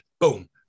boom